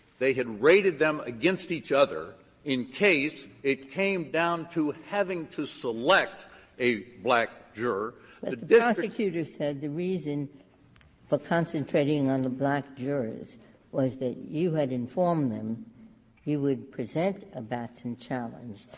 they had rated them against each other in case it came down to having to select a black juror. ginsburg the prosecutors said the reason for concentrating on the black jurors was that you had informed them you would present a batson challenge,